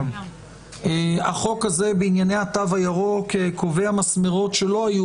החוק בענייני התו הירוק קובע מסמרות שלא היו